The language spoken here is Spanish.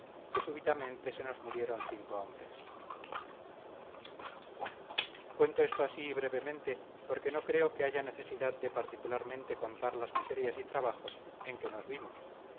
que súbitamente se nos murieron cinco hombres cuento esto así brevemente porque no creo que haya necesidad de particularmente contar las miserias y trabajos en que nos vimos